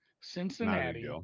cincinnati